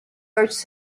urged